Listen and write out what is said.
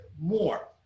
more